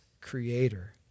creator